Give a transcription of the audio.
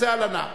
שזה הלנה.